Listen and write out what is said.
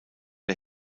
der